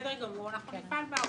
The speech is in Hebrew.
בסדר גמור, אנחנו נפעל בערוצים.